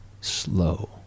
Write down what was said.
slow